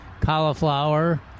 cauliflower